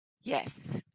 Yes